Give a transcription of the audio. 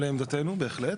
עכשיו, היא לא סחבת מכוונת.